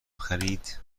خرید